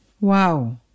Wow